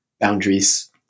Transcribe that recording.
boundaries